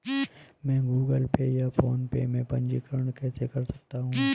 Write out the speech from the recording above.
मैं Google Pay या PhonePe में पंजीकरण कैसे कर सकता हूँ?